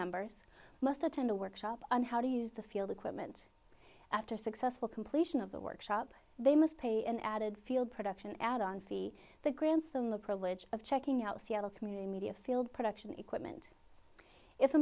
members must attend a workshop on how to use the field equipment after successful completion of the workshop they must pay an added field production add on fee that grants them the privilege of checking out seattle community media field production equipment i